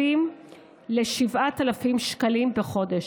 ל-7,000 שקלים בחודש.